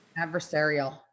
Adversarial